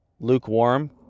lukewarm